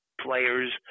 players